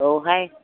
औहाय